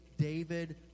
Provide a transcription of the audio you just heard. David